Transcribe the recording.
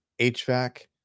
HVAC